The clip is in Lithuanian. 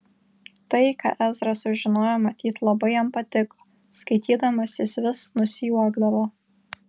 tai ką ezra sužinojo matyt labai jam patiko skaitydamas jis vis nusijuokdavo